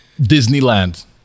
Disneyland